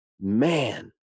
man